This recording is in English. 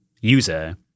user